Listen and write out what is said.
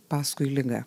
paskui ligą